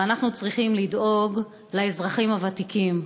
ואנחנו צריכים לדאוג לאזרחים הוותיקים: